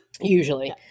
Usually